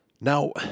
Now